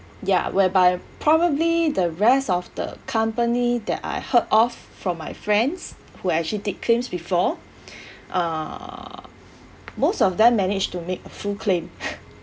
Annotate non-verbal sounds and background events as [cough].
ya whereby probably the rest of the company that I heard of from my friends who actually did claims before uh most of them managed to make full claim [laughs]